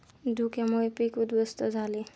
धुक्यामुळे पीक उध्वस्त झाले